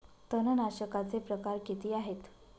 तणनाशकाचे प्रकार किती आहेत?